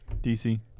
DC